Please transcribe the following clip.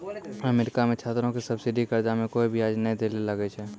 America मे छात्रो के सब्सिडी कर्जा मे कोय बियाज नै दै ले लागै छै